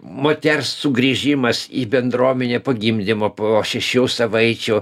moters sugrįžimas į bendruomenę po gimdymo po šešių savaičių